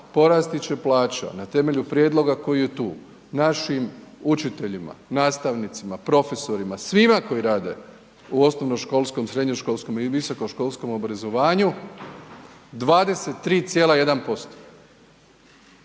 porasti će plaća na temelju prijedloga koji je tu našim učiteljima, nastavnicima, profesorima, svima koji rade u osnovnoškolskom, srednjoškolskom i visokoškolskom obrazovanju, 23,1%,